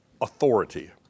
authority